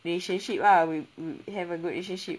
relationship ah we have a good relationship